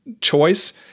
choice